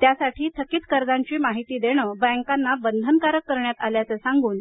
त्यासाठी थकित कर्जांची माहिती देणं बँकांना बंधनकारक करण्यात आल्याचं सांगून